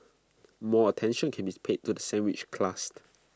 more attention can be paid to the sandwiched class